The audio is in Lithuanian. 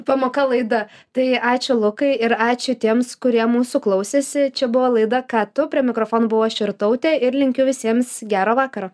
pamoka laida tai ačiū lukai ir ačiū tiems kurie mūsų klausėsi čia buvo laida ką tu prie mikrofono buvau aš irtautė ir linkiu visiems gero vakaro